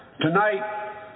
Tonight